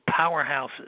powerhouses